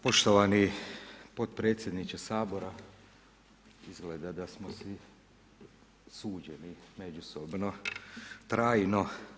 Poštovani potpredsjedniče Sabora, izgleda da smo si suđeni međusobno, trajno.